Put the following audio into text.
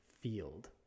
field